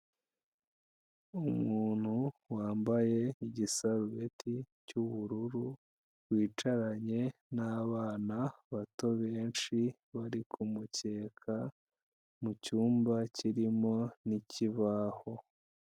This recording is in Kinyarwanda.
Umuntu wambaye igisarubeti cy'ubururu, wicaranye n'abana bato benshi bari ku mukeka, mu cyumba kirimo n'ikibaho.